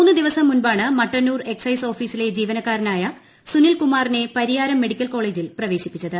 മൂന്ന് ദിവസം മുമ്പാണ് മട്ടന്നൂർ എക്സൈസ് ഓഫീസിലെ ജീവനക്കാരനായ സുനിൽ കുമാറിനെ പരിയാരം മെഡിക്കൽ കോളേജിൽ പ്രവേശിപ്പിച്ചത്